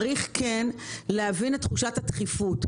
צריך להבין את תחושת הדחיפות,